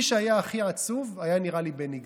מי שהיה הכי עצוב, נראה לי, היה בני גנץ,